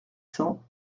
cents